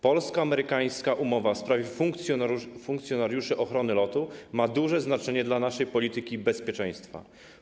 Polsko-amerykańska umowa w sprawie funkcjonariuszy ochrony lotu ma duże znaczenie dla naszej polityki i bezpieczeństwa.